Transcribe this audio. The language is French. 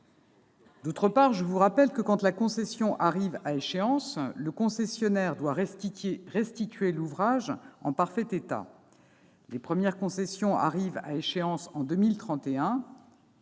sénateurs, je vous rappelle que, quand la concession arrive à échéance, le concessionnaire doit restituer l'ouvrage en parfait état. Les premières concessions arrivent à échéance en 2031.